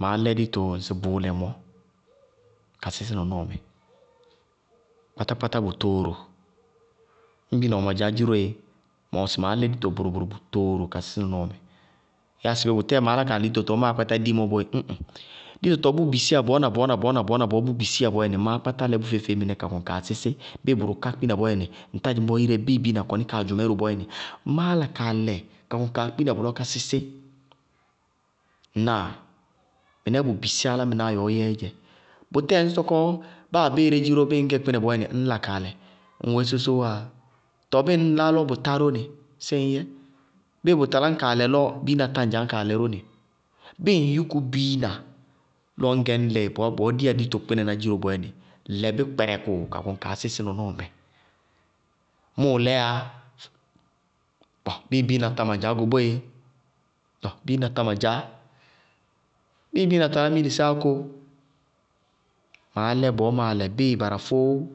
ma lɛ dito ŋsɩ bʋʋlɛ mɔɔ ka sísí nɔnɔɔ mɛ. Kpátákpátá bʋtooro, ñŋ biina wɛ ma dzaá dziró yéé ma wɛ sɩ maá lɛ dito bʋrʋ-bʋrʋ bʋtooro ka sísí nɔnɔɔ mɛ. Yáa sɩbé bʋtɛɛ maá lá kaa lɛ dito tɔɔ máa kpátá di mɔ boé ñ ŋ. Dito tɔɔ bʋ bisiyá bɔɔ na bɔɔ na bɔɔ bʋ bisiyá bɔɔyɛnɩ, máá kpátá lɛ bʋ feé-feé mɩnɛ ka kɔŋ kaa sísí. Bíɩ bʋrʋ ká bɔɔyɛnɩ, ŋtá dzɩŋ bɔɔ iréé bíɩ biina kɔní kaa dzʋ mɛ bɔɔyɛnɩ, máá la kaa lɛ ka kɔŋ kaa kpína bʋ lɔ ka sísí. Ŋnáa? Mɩnɛɛ bʋ bisí álámɩnáá yɛ ɔɔ yɛ dzɛ. Bʋtɛɛ ŋñ sɔkɔ báa abéeré dziró bíɩ ŋñ gɛ kpínɛ bɔɔ ññ la kaa lɛ. Ŋ weésósó wáa? Tɔɔ bíɩ ŋ lá lɔ bʋ tá nɩ séé ŋñ yɛ? Bíɩ bʋ talá ñ kaa lɛ lɔ biina tá ŋdzaá ró nɩ? Bíɩ ŋ yúku biina lɔ ŋñ gɛ ñ lɛ bɔɔ diyá dito kpínaná dziró bɔɔyɛnɩ, lɛbí kpɛrɛkʋ ka kɔŋ kaa sísí nɔnɔɔmɛ. Mʋʋ lɛyá, bíɩ biina tá ma dzaá go boéé tɔɔ bíɩ biina tá ŋdzaá, bíɩ biina talá miilisɛ áko, maá lɛ bɔɔ máá lɛ bíɩ barafóó.